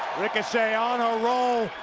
ricochet on a roll.